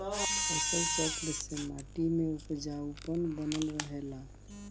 फसल चक्र से माटी में उपजाऊपन बनल रहेला